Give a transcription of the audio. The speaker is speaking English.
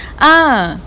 ah